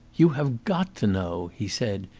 you have got to know, he said,